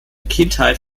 kindheit